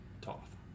Toth